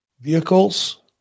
vehicles